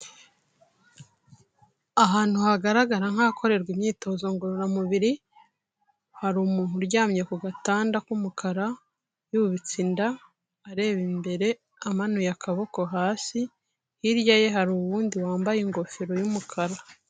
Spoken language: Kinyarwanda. Ahantu hagaragara nk'ahakorerwa imyitozo ngororamubiri, hari umuntu uryamye ku gatanda k'umukara yubitse inda, areba imbere, amanuye akaboko hasi, hirya ye hari uwundi wambaye ingofero y'umukara.